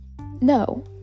no